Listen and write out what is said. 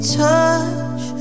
touch